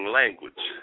language